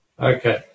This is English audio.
Okay